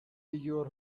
your